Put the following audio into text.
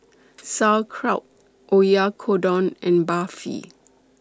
Sauerkraut Oyakodon and Barfi